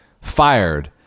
fired